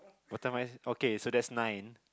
bottom right okay so that's nine